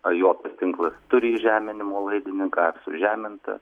ar jo tas tinklas tu įžeminimo laidininką ar sužeminta